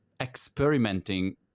experimenting